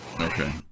Okay